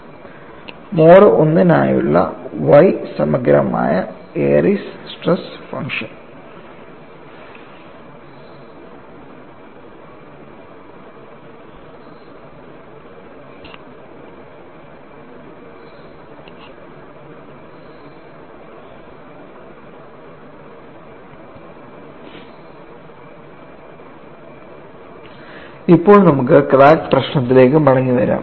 mode I നായുള്ള സമഗ്രമായ Airy's stress function ഇപ്പോൾ നമുക്ക് ക്രാക്ക് പ്രശ്നത്തിലേക്ക് മടങ്ങിവരാം